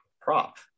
Prop